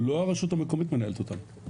לא הרשות המקומית מנהלת אותם,